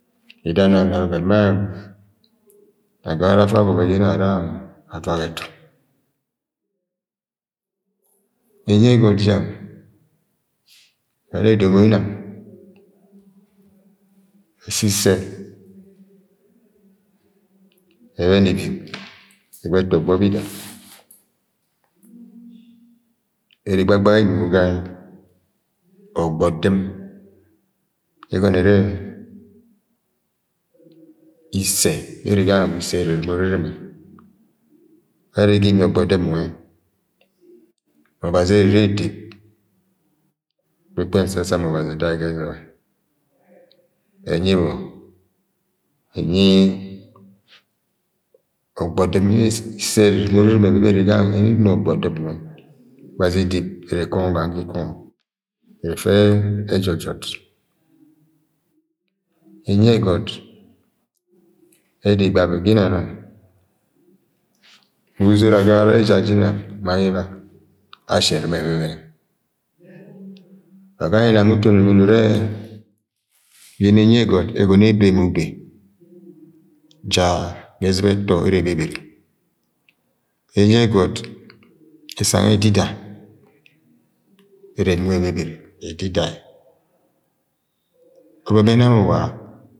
Eda nang na ọvẹn-mẹ-m-agagara afa gọmọ jẹ inang ara avaga ẹtu mni-nyi iemo jẹng ẹrẹ domo inang ẹsisẹ ẹbẹnẹ ẹvik ẹwa ẹtọ ọgbọ bida iri igbagba yẹ inugo ga-a- ogbodɨm yẹ ẹgọnọ ẹrẹ isẹ bẹ ere gang nwẹ wa ise ẹrɨm rɨm rɨme wa yẹ ere ga ikie ogbodɨm nwẹ obazi ere. ere edet. ẹkpẹkpẹm sẹ sam ọbazi eda yẹ ga ẹziba ọbazi edeb ẹrẹ ẹkọngọ ga ikọngọ ẹfẹ ẹjọ jọt. ẹnyi ẹgọt ẹda igbavɨt ga inang anang ma uzod agagara ẹjat jẹ inang ma inang wa gange inam uton unyi ni ure-e- yẹnẹ ẹnyi ẹgọt ẹgọnọ ebe ma ube ja ga ẹzɨpa ẹtọ ere ebebere ẹnyi ẹgọt ẹsang yẹ edida ẹrẹ ẹbọni ebebere ọvẹn bẹ ẹna mọ wa mẹ ẹmẹ vọi ẹnuga anwi idang and ẹgọnọ ẹnuga anweni idang ẹwọ wọb egoro ebebere eme enung egoro. ẹnyi got erɨm ẹbẹbẹrẹ